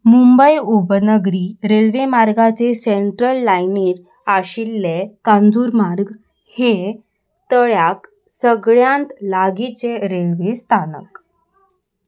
मुंबय उपनगरी रेल्वे मार्गाचे सेंट्रल लायनीर आशिल्ले कांजूरमार्ग हे तळ्याक सगळ्यांत लागींचें रेल्वे स्थानक